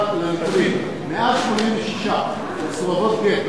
אבל לנתונים: 186 מסורבות גט,